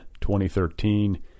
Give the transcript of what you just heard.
2013